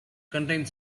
contained